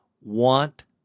want